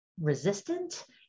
resistant